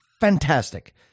fantastic